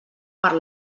per